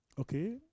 Okay